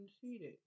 Conceited